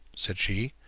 said she,